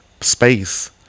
space